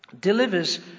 delivers